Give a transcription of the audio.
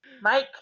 Mike